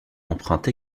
emprunte